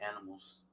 animals